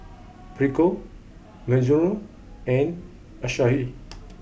Prego Mizuno and Asahi